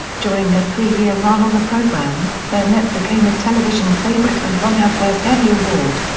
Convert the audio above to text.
during her three-year run on the program, burnett became a television favorite and won her first emmy award.